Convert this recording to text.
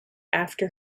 after